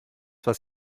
was